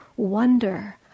wonder